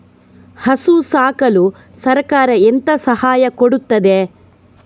ಹಸು ಸಾಕಲು ಸರಕಾರ ಎಂತ ಸಹಾಯ ಕೊಡುತ್ತದೆ?